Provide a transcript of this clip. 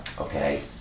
Okay